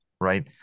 right